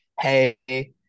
hey